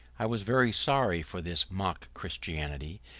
i was very sorry for this mock christianity,